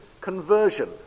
conversion